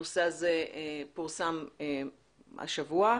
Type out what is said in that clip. הנושא הזה פורסם השבוע.